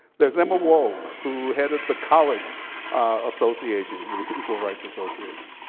there's emma wold who headed the college associations, the equal rights association.